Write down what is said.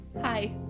hi